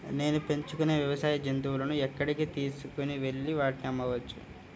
నేను పెంచుకొనే వ్యవసాయ జంతువులను ఎక్కడికి తీసుకొనివెళ్ళి వాటిని అమ్మవచ్చు?